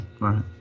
right